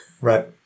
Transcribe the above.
Right